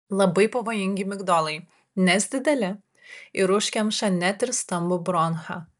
labai pavojingi migdolai nes dideli ir užkemša net ir stambų bronchą